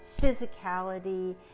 physicality